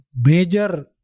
major